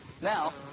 Now